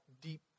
deep